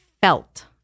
felt